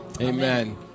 Amen